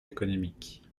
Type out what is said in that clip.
économiques